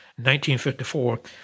1954